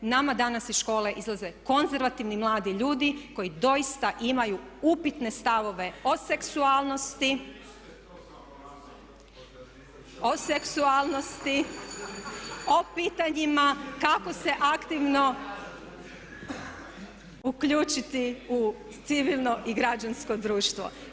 Nama danas iz škole izlaze konzervativni mladi ljudi koji doista imaju upitne stavove o seksualnosti, o pitanjima kako se aktivno uključiti u civilno i građansko društvo.